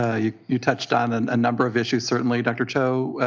ah you you touched on and a number of issues. certainly, dr. cho,